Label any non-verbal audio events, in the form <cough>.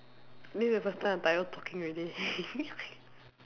this is the first time I'm tired of talking already <laughs>